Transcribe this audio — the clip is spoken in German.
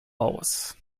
aus